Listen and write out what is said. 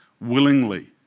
willingly